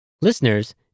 Listeners